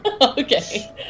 Okay